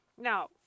Now